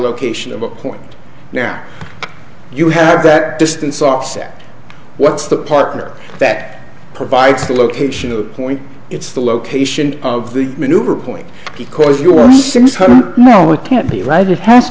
location of a point now you have that distance offset what's the partner that provides the location of the point it's the location of the maneuver point because you only sometimes only can't be right it has